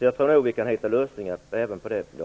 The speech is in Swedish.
Jag tror nog att vi kan hitta lösningar även på detta,